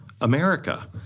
America